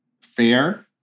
fair